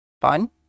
fun